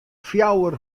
fjouwer